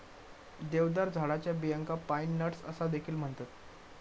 देवदार झाडाच्या बियांका पाईन नट्स असा देखील म्हणतत